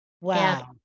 Wow